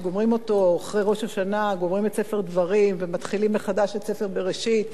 אחרי ראש השנה גומרים את ספר דברים ומתחילים מחדש את ספר בראשית,